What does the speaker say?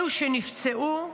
אלה שנפצעו?